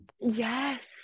Yes